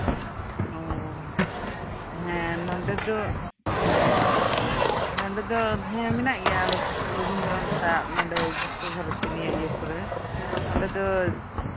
ᱚᱼᱚ ᱱᱚᱰᱮ ᱫᱚ ᱟᱪᱪᱷᱟ ᱱᱚᱰᱮ ᱫᱚ ᱦᱮᱸ ᱦᱮᱱᱟᱜ ᱜᱮᱭᱟ ᱨᱚᱵᱤᱱᱫᱚᱨᱚᱱᱟᱛᱷ ᱟᱜ ᱱᱚᱸᱰᱮ ᱵᱤᱥᱥᱚ ᱵᱷᱟᱨᱚᱛᱤ ᱱᱤᱭᱮ ᱠᱚᱨᱮ ᱚᱸᱰᱮ ᱫᱚ